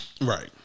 Right